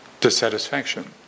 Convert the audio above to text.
dissatisfaction